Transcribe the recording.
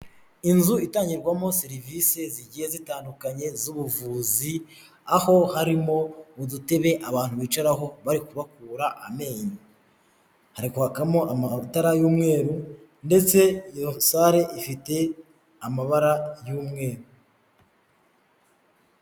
Inzu itangirwamo serivisi zigiye zitandukanye z'ubuvuzi, aho harimo udutebe abantu bicaraho bari kubakura amenyo, hari kwakamo amatara y'umweru ndetse iyo sale ifite amabara y'umweru.